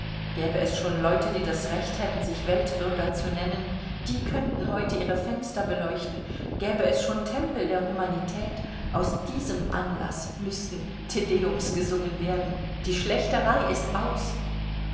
gäbe es schon leute die das recht hätten sich weltbürger zu nennen die könnten heute ihre fenster beleuchten gäbe es schon tempel der humanität aus diesem anlaß müßten tedeums gesungen werden die schlächterei ist aus